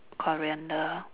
coriander